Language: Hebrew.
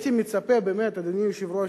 הייתי מצפה, באמת, אדוני היושב-ראש,